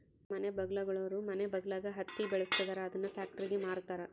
ನಮ್ಮ ಮನೆ ಬಗಲಾಗುಳೋರು ಮನೆ ಬಗಲಾಗ ಹತ್ತಿ ಗಿಡ ಬೆಳುಸ್ತದರ ಅದುನ್ನ ಪ್ಯಾಕ್ಟರಿಗೆ ಮಾರ್ತಾರ